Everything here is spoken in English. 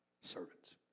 servants